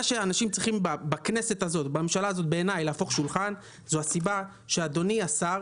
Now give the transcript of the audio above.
אנשים בכנסת ובממשלה הזו צריכים להפוך שולחן כיוון שאדוני השר